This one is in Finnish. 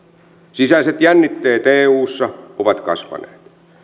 sisäiset jännitteet eussa ovat kasvaneet